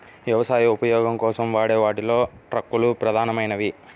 వ్యవసాయ ఉపయోగం కోసం వాడే వాటిలో ట్రక్కులు ప్రధానమైనవి